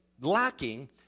lacking